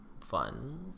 fun